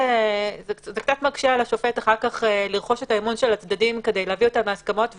זה מקשה על השופט אחר כך לרכוש את אמון הצדדים כדי להביא אותם להסכמות,